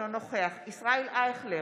אינו נוכח ישראל אייכלר,